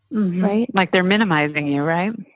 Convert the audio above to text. right. like they're minimizing you, right?